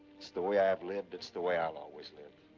it's the way i've lived, it's the way i'll always live.